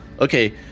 Okay